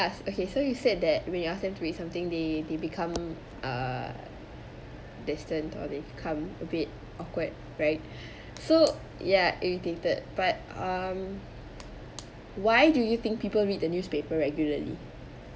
ask okay so you said that when you ask them to read something they they become uh distant or they become a bit awkward right so ya irritated but um why do you think people read the newspaper regularly